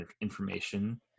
information